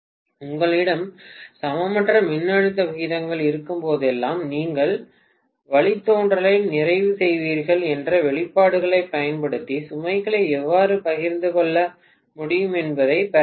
உங்களிடம் சமமற்ற மின்னழுத்த விகிதங்கள் இருக்கும்போதெல்லாம் நீங்கள் வழித்தோன்றலை நிறைவு செய்வீர்கள் என்ற வெளிப்பாடுகளைப் பயன்படுத்தி சுமைகளை எவ்வாறு பகிர்ந்து கொள்ள முடியும் என்பதைப் பெற முடியும்